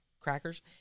crackers